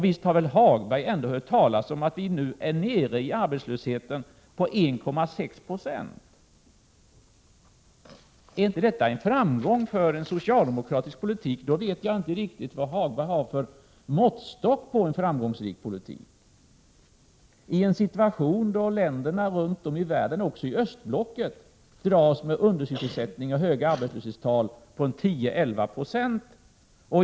Visst har väl Hagberg ändå hört talas om att vi nu är nere i en arbetslöshet på 1,6 Ho. Om inte detta är en framgång för socialdemokratisk politik, vet jag inte riktigt vad Hagberg har för måttstock på en framgångsrik politik. Vi befinner oss dessutom nu i en situation då länder runt om i världen, även i östblocket, dras med undersysselsättning och höga arbetslöshetstal på 10, 11 96.